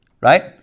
right